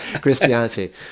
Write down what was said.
Christianity